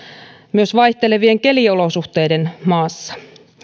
myös vaihtelevien keliolosuhteiden maassa